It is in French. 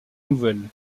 nouvelles